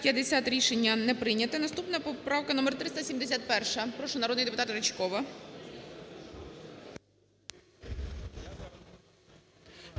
Рішення не прийнято. Наступна поправка номер 379. Прошу, народний депутатСаврасов.